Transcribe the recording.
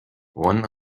one